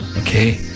Okay